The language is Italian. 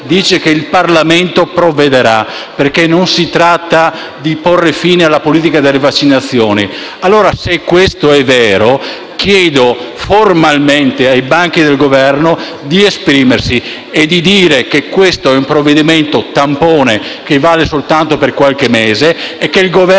dice che il Parlamento provvederà, perché non si tratta di porre fine alla politica delle vaccinazioni. Allora, se questo è vero, chiedo formalmente a coloro che siedono sui banchi del Governo di esprimersi e di dire che questo è un provvedimento tampone che vale soltanto per qualche mese e che il Governo